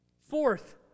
Fourth